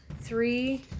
three